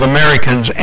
Americans